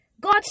God